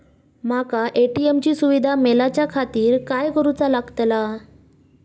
माका ए.टी.एम ची सुविधा मेलाच्याखातिर काय करूचा लागतला?